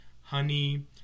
honey